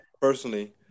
personally